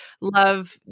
love